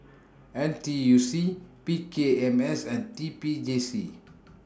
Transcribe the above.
N T U C P K M S and T P J C